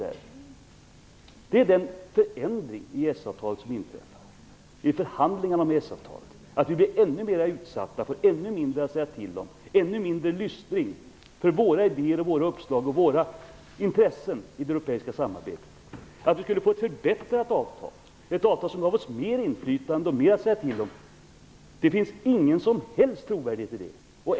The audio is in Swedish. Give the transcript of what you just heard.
Detta är den förändring som inträffar vid förhandlingar av EES-avtalet. Vi blir ännu mer utsatta och får ännu mindre att säga till om. Man kommer att ta ännu mindre hänsyn till våra idéer, uppslag och intressen i det europeiska samarbetet. Det finns inte någon som helst trovärdighet i att vi skulle få ett förbättrat avtal, ett avtal som ger oss mer inflytande och mer att säga till om.